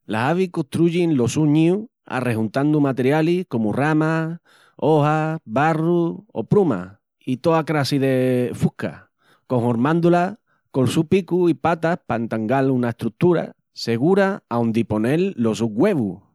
Las avis costruyin los sus ñíus arrejuntandu materialis comu ramas, ojas, barru o prumas i toa crassi de fusca, conhormándu-la col su picu i patas pa entangal una estrutura segura aondi ponel los sus güevus.